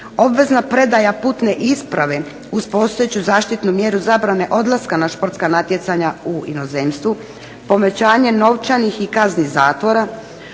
Obvezna predaj putne isprave uz postojeću zaštitnu mjeru zabrane odlaska na športska natjecanja u inozemstvu. Povećanje novčanih i kazni zatvora.